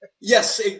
Yes